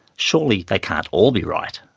surely they can't all be right